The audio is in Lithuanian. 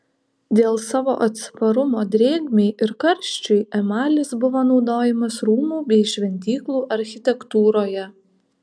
dėl savo atsparumo drėgmei ir karščiui emalis buvo naudojamas rūmų bei šventyklų architektūroje